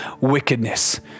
wickedness